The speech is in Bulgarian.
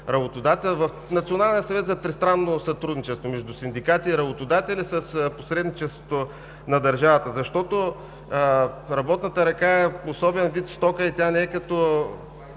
сътрудничество между синдикати и работодатели с посредничеството на държавата. Защото работната ръка е особен вид стока, тя не е като